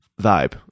vibe